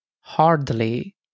hardly